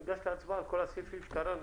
ניגש להצבעה על כל הסעיפים שקראנו.